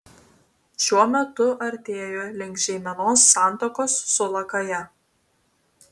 šiuo metu artėju link žeimenos santakos su lakaja